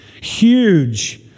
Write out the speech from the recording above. huge